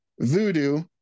Voodoo